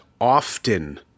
often